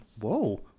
whoa